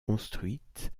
construite